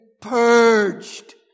purged